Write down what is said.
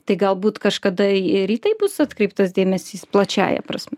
tai galbūt kažkada ir į tai bus atkreiptas dėmesys plačiąja prasme